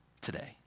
today